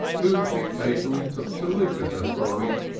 whom she occasionally took to live with her for a week,